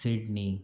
Sydney